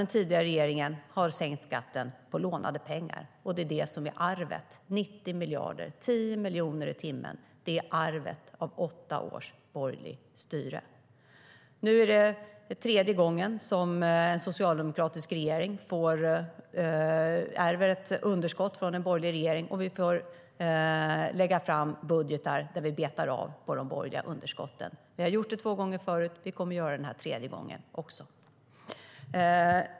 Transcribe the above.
Den tidigare regeringen har sänkt skatten med lånade pengar, och arvet är ett underskott på 90 miljarder - som kostar 10 miljoner i timmen - efter åtta års borgerligt styre. Nu är det tredje gången som en socialdemokratisk regering ärver ett underskott från en borgerlig regering, och vi får lägga fram budgetar där vi betar av de borgerliga underskotten. Vi har gjort det två gånger förut, och vi kommer att göra det den här tredje gången också.